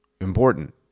Important